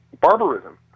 barbarism